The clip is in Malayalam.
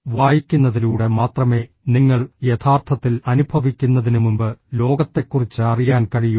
വായിക്കുന്നതിലൂടെ മാത്രമേ നിങ്ങൾ യഥാർത്ഥത്തിൽ അനുഭവിക്കുന്നതിനുമുമ്പ് ലോകത്തെക്കുറിച്ച് അറിയാൻ കഴിയൂ